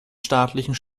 staatlichen